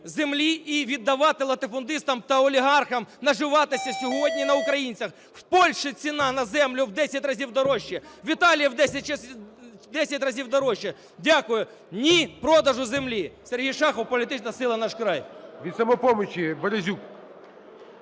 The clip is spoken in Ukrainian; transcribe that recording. землі і віддавати латифундистам та олігархам наживатися сьогодні на українцях. В Польщі ціна на землю в 10 разів дорожче, в Італії - в 10 разів дорожче. Дякую. Ні – продажу землі! Сергій Шахов, політична сила "Наш край". ГОЛОВУЮЧИЙ. Від "Самопомочі" Березюк.